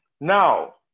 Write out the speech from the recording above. Now